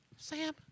Sam